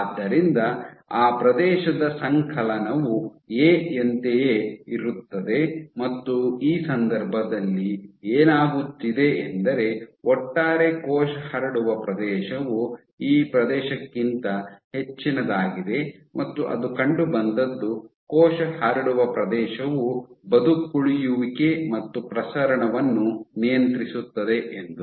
ಆದ್ದರಿಂದ ಆ ಪ್ರದೇಶದ ಸಂಕಲನವು ಎ ಯಂತೆಯೇ ಇರುತ್ತದೆ ಮತ್ತು ಈ ಸಂದರ್ಭದಲ್ಲಿ ಏನಾಗುತ್ತಿದೆ ಎಂದರೆ ಒಟ್ಟಾರೆ ಕೋಶ ಹರಡುವ ಪ್ರದೇಶವು ಈ ಪ್ರದೇಶಕ್ಕಿಂತ ಹೆಚ್ಚಿನದಾಗಿದೆ ಮತ್ತು ಅದು ಕಂಡುಬಂದದ್ದು ಕೋಶ ಹರಡುವ ಪ್ರದೇಶವು ಬದುಕುಳಿಯುವಿಕೆ ಮತ್ತು ಪ್ರಸರಣವನ್ನು ನಿಯಂತ್ರಿಸುತ್ತದೆ ಎಂದು